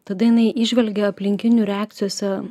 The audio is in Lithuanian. tada jinai įžvelgia aplinkinių reakcijose